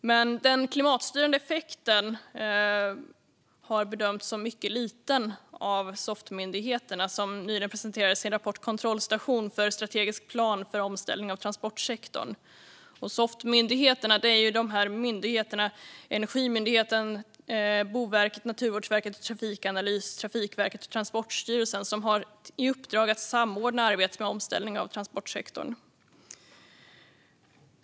Men den klimatstyrande effekten har bedömts som mycket liten av SOFT-myndigheterna, som nyligen presenterade sin rapport Kontrollsta tion för Strategisk plan för omställning av transportsektorn till fossilfrihet . SOFT-myndigheterna består av Energimyndigheten, Boverket, Naturvårdsverket, Trafikanalys, Trafikverket och Transportstyrelsen. De har i uppdrag att samordna arbetet med omställning av transportsektorn.